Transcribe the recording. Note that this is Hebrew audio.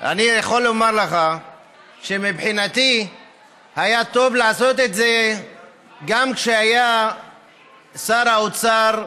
אני יכול לומר לך שמבחינתי היה טוב לעשות את זה גם כשהיה שר האוצר,